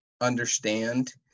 understand